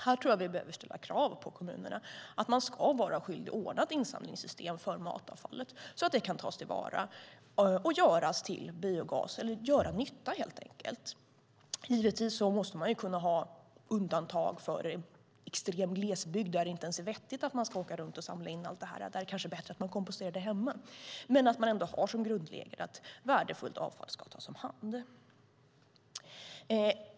Jag tror att vi behöver ställa krav på kommunerna att de ska vara skyldiga att ordna ett insamlingssystem för matavfallet, så att det kan tas till vara och göras till biogas eller helt enkelt göra nytta. Givetvis måste man kunna ha undantag för extrem glesbygd, där det inte är vettigt att man ska åka runt och samla in allt. Där kanske det är bättre att man komposterar hemma. Men man ska ändå ha som grundregel att värdefullt avfall ska tas om hand.